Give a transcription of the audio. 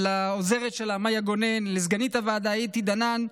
לעוזרת שלה מיה גולן ולסגנית מנהלת הוועדה אתי דנן,